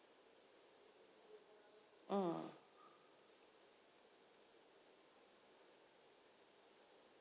mm